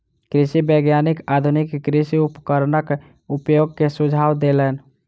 कृषि वैज्ञानिक आधुनिक कृषि उपकरणक उपयोग के सुझाव देलैन